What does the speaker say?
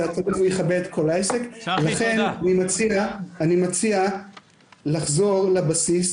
לכן אני מציע לחזור לבסיס,